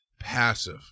passive